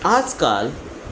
आज काल